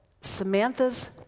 Samantha's